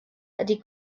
ydy